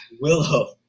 Willow